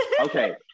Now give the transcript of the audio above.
Okay